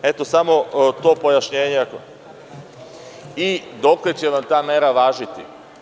Samo to pojašnjenje i dokle će vam ta mera važiti.